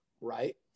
right